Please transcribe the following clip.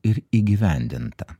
ir įgyvendinta